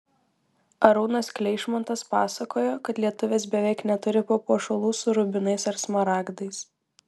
arūnas kleišmantas pasakojo kad lietuvės beveik neturi papuošalų su rubinais ar smaragdais